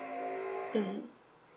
mmhmm